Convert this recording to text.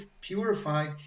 purify